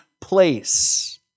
place